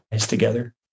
together